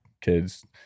kids